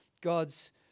God's